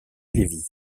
lévis